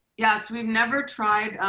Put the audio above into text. yes. we've never tried,